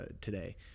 today